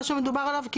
מה שמדובר עליו?